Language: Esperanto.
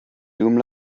dum